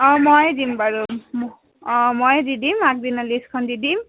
অঁ ময়ে দিম বাৰু মোক অঁ ময়ে দি দিম আগদিনা লিষ্টখন দি দিম